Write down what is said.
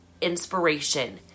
inspiration